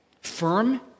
firm